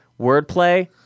wordplay